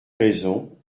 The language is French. raisons